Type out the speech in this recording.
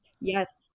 Yes